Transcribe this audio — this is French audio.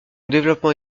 développement